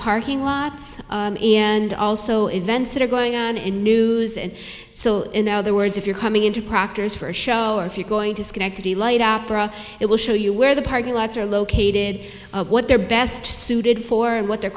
parking lots and also events that are going on in news and so in other words if you're coming into proctors for a show or if you're going to schenectady light opera it will show you where the parking lots are located what their best suited for what the